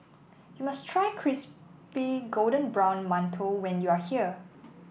you must try Crispy Golden Brown Mantou when you are here